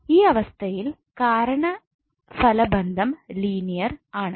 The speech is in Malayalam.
ഈ അവസ്ഥയിൽ കാരണഫലബന്ധം ലീനിയർ ആണ്